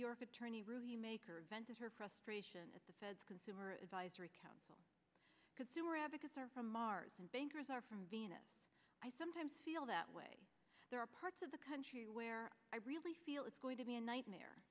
york attorney rule maker event in her frustration at the fed's consumer advisory council consumer advocates are from mars and bankers are from venus i sometimes feel that way there are parts of the country where i really feel it's going to be a nightmare